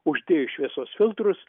uždėjus šviesos filtrus